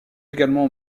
également